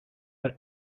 but